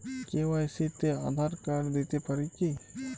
KYC তে Aadhaar card দিতে পারি কি?